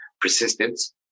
persistence